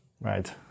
Right